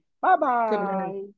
Bye-bye